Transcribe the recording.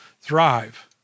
thrive